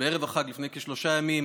בערב החג, לפני כשלושה ימים,